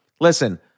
listen